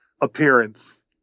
appearance